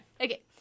okay